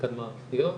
חלקן מערכתיות.